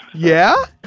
yeah.